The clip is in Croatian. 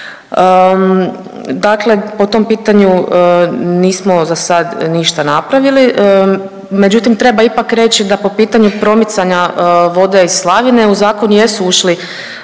Dakle, po tom pitanju nismo za sad ništa napravili, međutim treba ipak reći da po pitanju promicanja vode iz Slavine u zakon jesu ušli